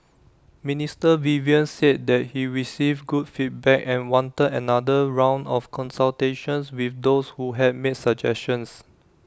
Minister Vivian said that he received good feedback and wanted another round of consultations with those who had made suggestions